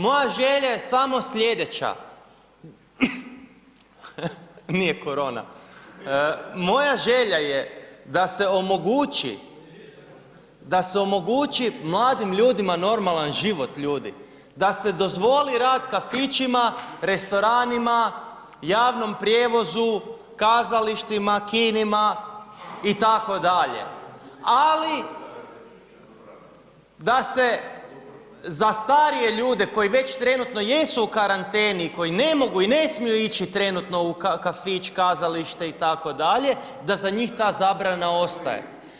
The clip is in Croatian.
Moja želja je samo sljedeća, moja želja je da se omogući mladim ljudima normalan život, ljudi, da se dozvoli rad kafićima, restoranima, javnom prijevozu, kazalištima, kinima itd., ali da se za starije ljude koji već trenutno jesu u karanteni koji ne mogu i ne smiju ići trenutno u kafić, kazalište itd. da za njih ta zabrana ostaje.